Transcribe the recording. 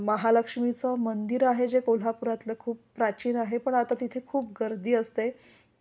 महालक्ष्मीचं मंदिर आहे जे कोल्हापुरातलं खूप प्राचीन आहे पण आता तिथे खूप गर्दी असते